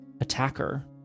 attacker